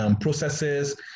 processes